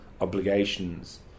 obligations